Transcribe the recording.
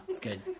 good